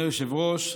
אדוני היושב-ראש,